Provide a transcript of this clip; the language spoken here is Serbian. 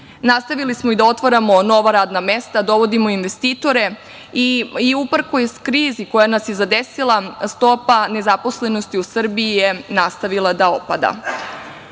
Nastavili smo i da otvaramo nova radna mesta, da dovodimo investitore i uprkos krizi koja nas je zadesila stopa nezaposlenosti u Srbiji je nastavila da opada. Država